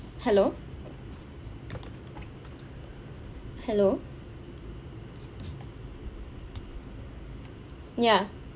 hello hello ya